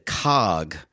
cog